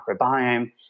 microbiome